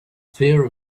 fear